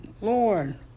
Lord